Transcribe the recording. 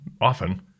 often